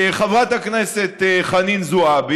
חברת הכנסת חנין זועבי,